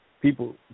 people